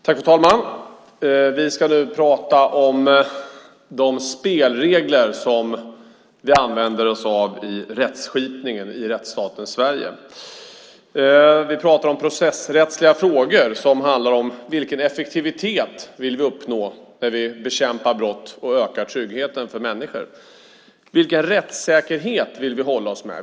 Fru talman! Vi pratar nu om de spelregler som vi använder oss av i rättskipningen i rättsstaten Sverige. Vi pratar om processrättsliga frågor som handlar om: Vilken effektivitet vill vi uppnå när vi bekämpar brott och ökar tryggheten för människor? Vilken rättssäkerhet vill vi hålla oss med?